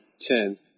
ten